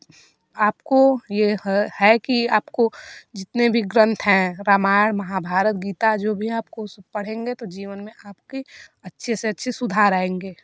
आपको यह है कि आपको जितने भी ग्रंथ हैं रामायण महाभारत गीता जो भी हैं आपको उसे पढ़ेंगे तो जीवन में आपकी अच्छे से अच्छे सुधार आएंगे